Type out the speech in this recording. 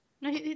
No